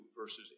verses